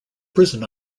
prison